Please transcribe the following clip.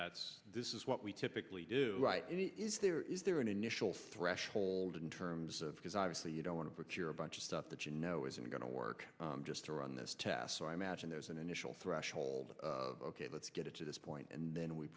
that's this is what we typically do is there is there an initial threshold in terms of because obviously you don't want to put your a bunch of stuff that you know isn't going to work just to run this test so i imagine there's an initial threshold ok let's get it to this point and then we